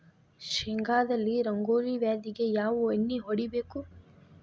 ಶೇಂಗಾದಲ್ಲಿ ರಂಗೋಲಿ ವ್ಯಾಧಿಗೆ ಯಾವ ಎಣ್ಣಿ ಹೊಡಿಬೇಕು?